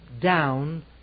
down